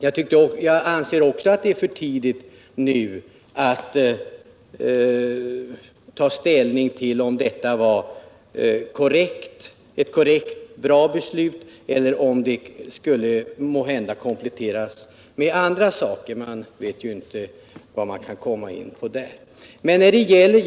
Jag anser också att det är för tidigt att nu ta ställning till om detta var ett bra beslut eller om det måhända skulle ha kompletterats med andra åtgärder.